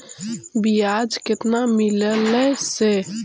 बियाज केतना मिललय से?